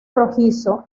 rojizo